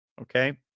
Okay